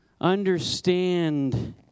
understand